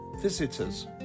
visitors